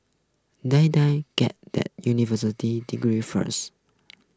Die Die get that university degree first